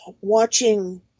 watching